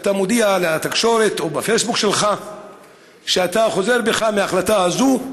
אתה מודיע לתקשורת או בפייסבוק שלך שאתה חוזר בך מההחלטה הזאת.